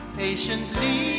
patiently